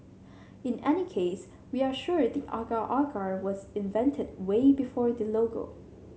in any case we are sure the agar agar was invented way before the logo